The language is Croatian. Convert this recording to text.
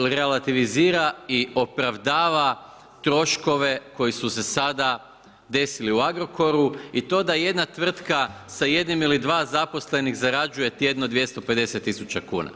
relativizira i opravdava troškove koji su se sada desili u Agrokoru i to da jedna tvrtka sa jednim ili dva zaposlenih zarađuje tjedno 250 tisuća kuna.